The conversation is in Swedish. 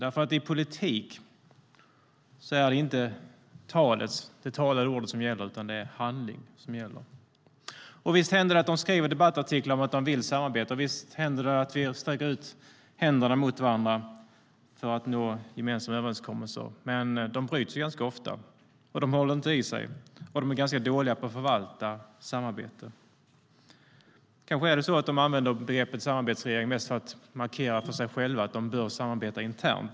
I politiken är det inte det talade ordet som gäller utan handling. Visst händer det att de skriver debattartiklar om att de vill samarbeta, och visst händer det att de sträcker ut händerna mot varandra för att nå gemensamma överenskommelser. Men de bryts ganska ofta - de håller inte. Och de är ganska dåliga på att förvalta samarbetet. Kanske är det så att de använder begreppet "samarbetsregering" mest för att markera för sig själva att de bör samarbeta internt.